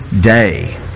day